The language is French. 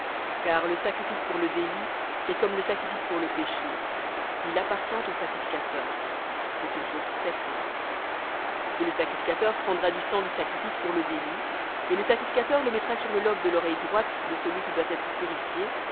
car le sacrifice pour le délit est comme le sacrifice pour le péché il appartient au sacrificateur c'est une chose très-sainte et le sacrificateur prendra du sang du sacrifice pour le délit et le sacrificateur le mettra sur le lobe de l'oreille droite de celui qui doit être purifié